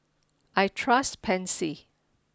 I trust Pansy